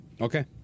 Okay